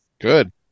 Good